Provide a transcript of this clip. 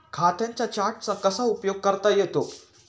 खात्यांच्या चार्टचा कसा उपयोग करता येतो?